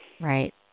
right